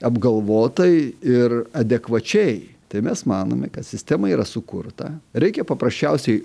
apgalvotai ir adekvačiai tai mes manome kad sistema yra sukurta reikia paprasčiausiai